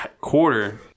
quarter